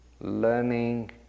learning